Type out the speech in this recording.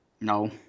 no